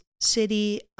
city